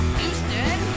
Houston